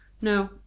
No